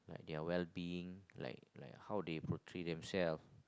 their well being like how they portray themselves